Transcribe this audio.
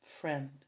friend